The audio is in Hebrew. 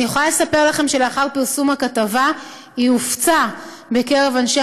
אני יכולה לספר לכם שלאחר פרסום הכתבה היא הופצה בקרב אנשי